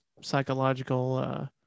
psychological